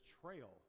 trail